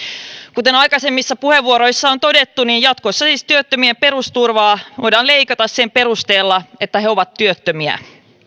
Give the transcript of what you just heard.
kuten aikaisemmissa puheenvuoroissa on todettu niin jatkossa siis työttömien perusturvaa voidaan leikata sen perusteella että he ovat työttömiä